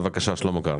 בבקשה שלמה קרעי.